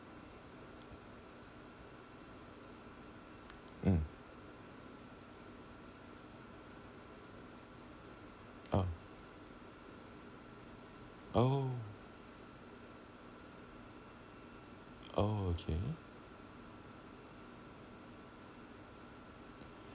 mm oh okay